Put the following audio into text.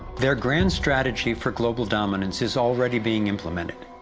their grand strategy for global dominance is already being implemented.